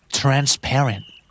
transparent